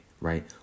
right